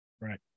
Right